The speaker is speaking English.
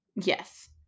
Yes